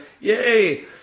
yay